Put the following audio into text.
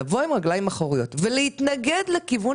לבוא עם רגליים אחוריות ולהתנגד לכיוון